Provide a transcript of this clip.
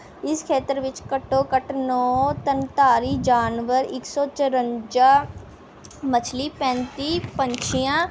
ਇਸ ਖੇਤਰ ਵਿੱਚ ਘੱਟੋ ਘੱਟ ਨੌ ਥਣਧਾਰੀ ਜਾਨਵਰ ਇੱਕ ਸੌ ਚੁਰੰਜਾ ਮੱਛਲੀ ਪੈਂਤੀ ਪੰਛੀਆਂ